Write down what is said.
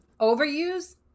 Overuse